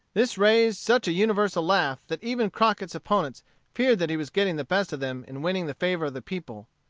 this raised such a universal laugh that even crockett's opponents feared that he was getting the best of them in winning the favor of the people.